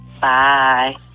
Bye